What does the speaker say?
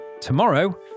tomorrow